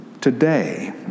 today